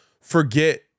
forget